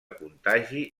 contagi